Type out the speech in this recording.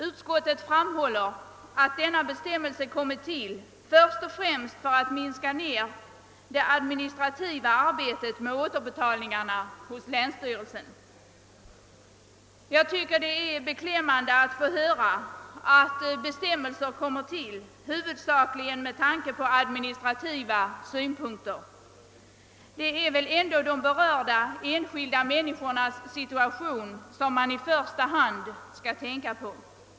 Utskottet framhåller att denna bestämmelse kommit till först och främst för att begränsa det administrativa arbetet med återbetalningarna hos länsstyrelsen. Jag tycker det är beklämmande att få höra att bestämmelser kommer till huvudsakligen med tanke på administrativa synpunkter. Det är väl ändå de berörda enskilda människornas situation som man i första hand skall tänka på.